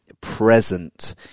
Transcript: Present